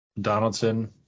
Donaldson